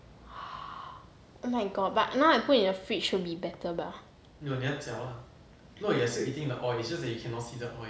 oh my god but now I put in the fridge will be better 把